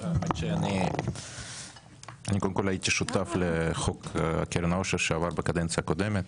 האמת שאני קודם כל הייתי שותף לחוק קרן העושר שעבר בקדנציה הקודמת